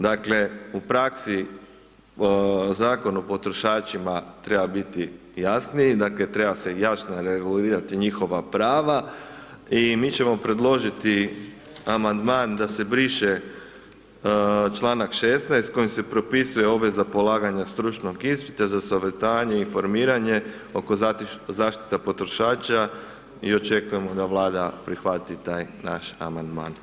Dakle, u praksi Zakon o potrošačima treba biti jasniji, dakle treba se jasno regulirati njihova prava i mi ćemo predložiti amandman da se briše članak 16. kojim se propisuje obveza polaganja stručnog ispita za savjetovanje i informiranje oko zaštite potrošača i očekujemo da Vlada prihvati taj naš amandman.